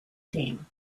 team